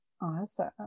Awesome